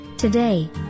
Today